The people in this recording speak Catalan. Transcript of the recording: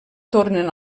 tornen